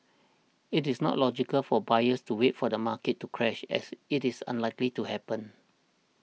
it is not logical for buyers to wait for the market to crash as it is unlikely to happen